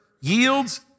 yields